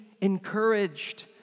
encouraged